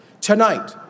tonight